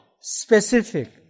Specific